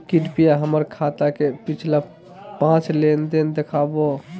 कृपया हमर खाता के पिछला पांच लेनदेन देखाहो